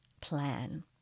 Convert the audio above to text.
plan